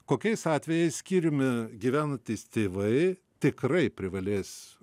kokiais atvejais skyriumi gyvenantys tėvai tikrai privalės